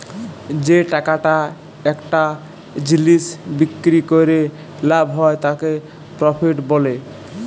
যে টাকাটা একটা জিলিস বিক্রি ক্যরে লাভ হ্যয় তাকে প্রফিট ব্যলে